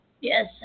Yes